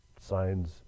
Signs